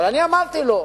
אבל אמרתי לו: